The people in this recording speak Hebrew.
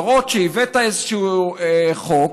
להראות שהבאת איזשהו חוק,